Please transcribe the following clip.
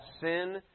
sin